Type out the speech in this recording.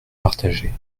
partager